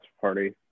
party